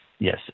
Yes